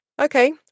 Okay